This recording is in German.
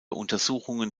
untersuchungen